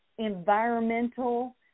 environmental